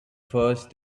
first